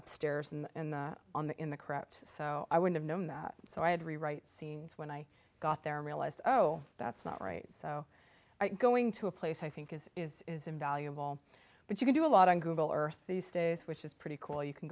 upstairs and on the in the corrupt so i would have known that so i had to rewrite scenes when i got there realized oh that's not right so going to a place i think is is is invaluable but you can do a lot on google earth these days which is pretty cool you can